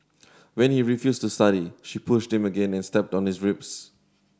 when he refused to study she pushed him again and stepped on his ribs